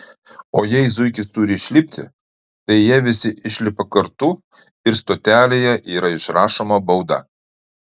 o jei zuikis turi išlipti tai jie visi išlipa kartu ir stotelėje yra išrašoma bauda